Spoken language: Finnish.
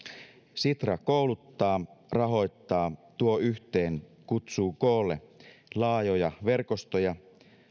sitra kouluttaa rahoittaa tuo yhteen kutsuu koolle laajoja verkostoja